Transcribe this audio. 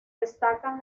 destacan